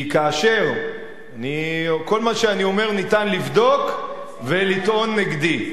כל מה שאני אומר ניתן לבדוק ולטעון נגדי.